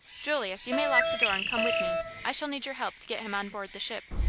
julius, you may lock the door and come with me. i shall need your help to get him on board the ship.